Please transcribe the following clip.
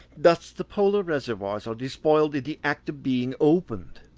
thus the polar reservoirs are despoiled in the act of being opened.